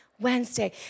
Wednesday